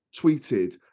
tweeted